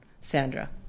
Sandra